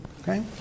Okay